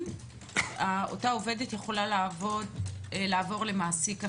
אותה עובדת יכולה לעבור למעסיק אחר?